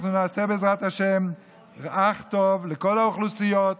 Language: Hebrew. אנחנו נעשה בעזרת השם אך טוב לכל האוכלוסיות,